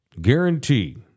Guarantee